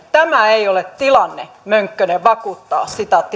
tämä ei ole tilanne mönkkönen vakuuttaa